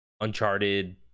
Uncharted